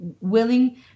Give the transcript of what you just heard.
willing